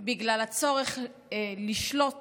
בגלל הצורך לשלוט